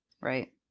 right